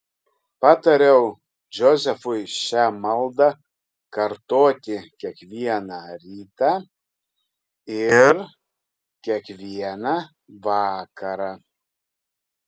patariau džozefui šią maldą kartoti kiekvieną rytą ir kiekvieną vakarą